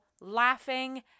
laughing